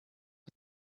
but